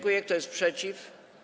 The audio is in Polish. Kto jest przeciw?